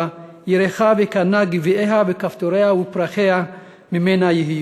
ירכה וקנה גביעיה כפתֹריה ופרחיה ממנה יהיו".